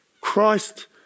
Christ